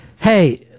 hey